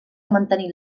mantenir